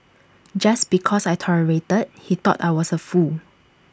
just because I tolerated he thought I was A fool